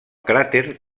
cràter